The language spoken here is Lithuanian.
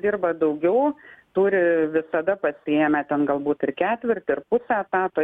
dirba daugiau turi visada pasiėmę ten galbūt ir ketvirtį ir pusę etato